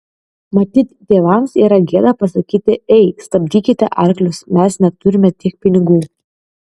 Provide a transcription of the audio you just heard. matyt tėvams yra gėda pasakyti ei stabdykite arklius mes neturime tiek pinigų